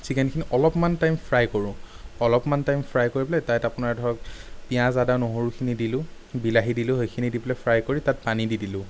চিকেনখিনি অলপমান time fry কৰোঁ অলপমান টাইম ফ্ৰাই কৰি পেলাই তাত আপোনাৰ ধৰক পিঁয়াজ আদা নহৰুখিনি দিলোঁ বিলাহী দিলোঁ সেইখিনি দি পেলাই ফ্ৰাই কৰি তাত পানী দি দিলোঁ